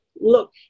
Look